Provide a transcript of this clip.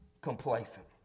complacent